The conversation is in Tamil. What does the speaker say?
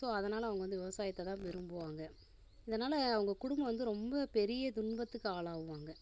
ஸோ அதனால் அவங்க வந்து விவசாயத்ததான் விரும்புவாங்க இதனால் அவங்க குடும்பம் வந்து ரொம்ப பெரிய துன்பத்துக்கு ஆளாகுவாங்க